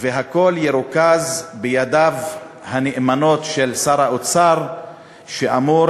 והכול ירוכז בידיו הנאמנות של שר האוצר שאמור